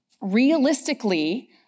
realistically